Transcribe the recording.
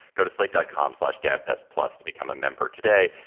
go to slate dotcom slash gabfests plus to become a member today.